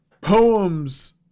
Poems